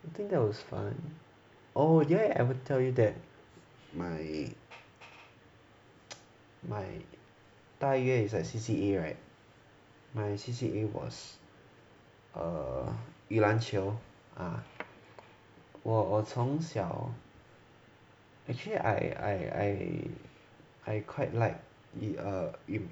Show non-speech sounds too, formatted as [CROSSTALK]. I think that was fun oh did I ever tell you that my [NOISE] my 大约 it's like C_C_A [right] my C_C_A was err 与篮球 ya 我我从小 actually I I I quite like err